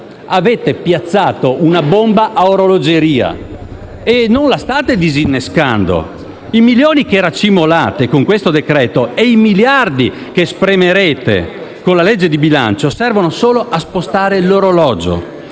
Avete piazzato una bomba a orologeria, che non state disinnescando, e i milioni che racimolate con questo decreto-legge e i miliardi che spremerete con la legge di bilancio servono solo a spostare l'orologio: